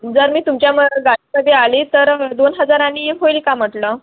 जर मी तुमच्या मग गाडीमध्ये आले तर दोन हजारांनी होईल का म्हटलं